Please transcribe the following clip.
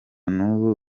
n’ubu